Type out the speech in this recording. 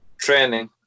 training